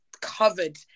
covered